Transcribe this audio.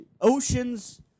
Ocean's